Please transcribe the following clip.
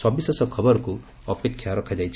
ସବିଶେଷ ଖବରକୁ ଅପେକ୍ଷା କରାଯାଇଛି